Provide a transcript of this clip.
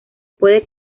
puede